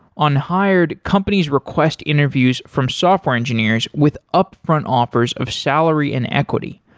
on hired, companies request interviews from software engineers with upfront offers of salary and equity,